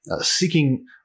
seeking